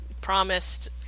promised